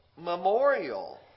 memorial